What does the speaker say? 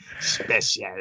Special